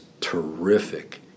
terrific